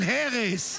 של הרס,